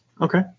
Okay